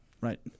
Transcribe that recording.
Right